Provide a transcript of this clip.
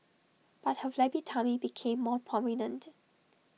but her flabby tummy became more prominent